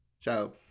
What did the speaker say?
Ciao